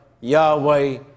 Yahweh